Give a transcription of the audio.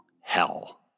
hell